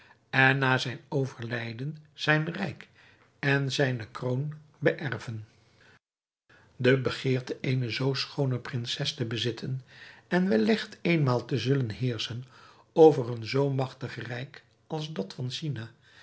en na zijn overlijden zijn rijk en zijne kroon beërven de begeerte eene zoo schoone prinses te bezitten en welligt éénmaal te zullen heerschen over een zoo magtig rijk als dat van china